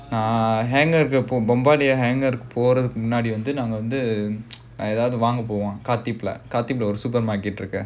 ah hanger hanger போறதுக்கு முன்னாடி வந்து நாங்க வந்து ஏதாவது வாங்க போவோம்:porathukku munnaadi vandhu naanga vandhu edhaavathu vaanga povom khatib lah khatib ஒரு:oru supermarket இருக்கு:irukku